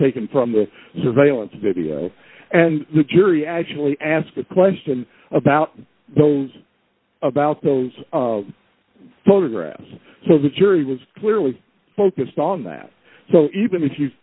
taken from the surveillance video and the jury actually asked a question about those about those photographs so the jury was clearly focused on that so